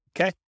okay